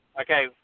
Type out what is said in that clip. Okay